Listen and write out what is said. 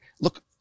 Look